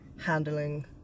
handling